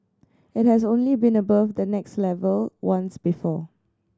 it has only been above that next level once before